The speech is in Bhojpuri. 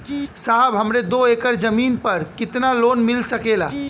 साहब हमरे दो एकड़ जमीन पर कितनालोन मिल सकेला?